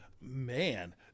man